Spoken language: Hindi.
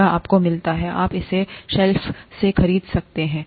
यह आपको मिलता है आप इसे शेल्फ से खरीद सकते हैं